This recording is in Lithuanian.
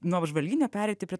nuo apžvalginio pereiti prie